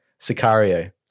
Sicario